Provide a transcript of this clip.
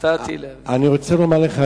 אני רוצה לומר לך,